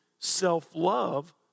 self-love